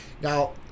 Now